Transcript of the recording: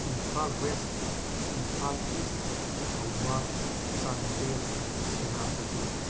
Imphal west Imphal east Thoubal Chandel Senapati